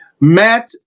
Matt